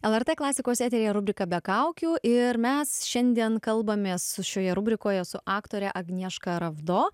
lrt klasikos eteryje rubrika be kaukių ir mes šiandien kalbamės su šioje rubrikoje su aktore agnieška ravdo